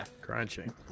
Crunching